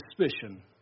suspicion